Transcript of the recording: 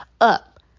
up